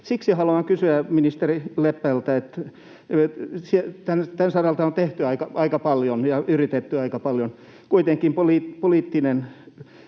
lopettamaan tai miettii lopettamista. Tämän saralla on tehty aika paljon ja yritetty aika paljon. Kuitenkin poliittinen